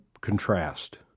contrast